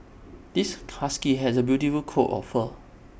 this husky has A beautiful coat of fur